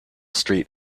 street